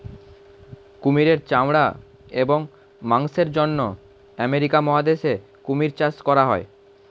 কুমিরের চামড়া এবং মাংসের জন্য আমেরিকা মহাদেশে কুমির চাষ করা হয়